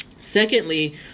secondly